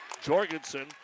Jorgensen